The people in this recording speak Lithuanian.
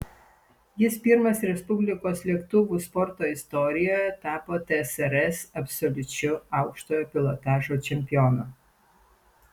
jis pirmas respublikos lėktuvų sporto istorijoje tapo tsrs absoliučiu aukštojo pilotažo čempionu